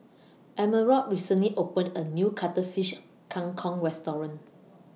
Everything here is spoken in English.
Emerald recently opened A New Cuttlefish Kang Kong Restaurant